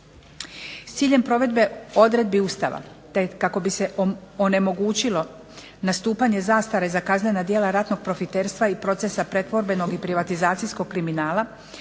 S ciljem provedbe odredbi Ustava te kako bi se onemogućilo nastupanje zastare za kaznena djela ratnog profiterstva i procesa pretvorbenog i privatizacijskog kriminala